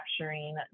capturing